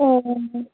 ও ও ও